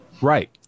right